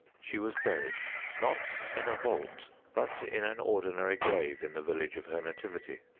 she was buried not in a vault, but in an ordinary grave in the village of her nativity.